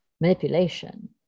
manipulation